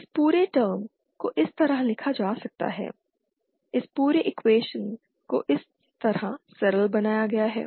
इस पूरे टर्म को इस तरह लिखा जा सकता है इस पूरे इक्वेशन को इस तरह सरल बनाया गया है